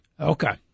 Okay